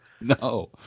No